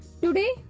today